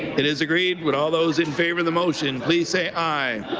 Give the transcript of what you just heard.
it is agreed. would all those in favor of the motion please say aye.